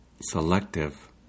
selective